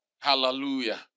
Hallelujah